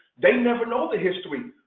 they never know the history.